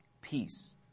Peace